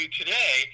today